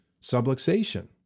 subluxation